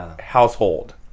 household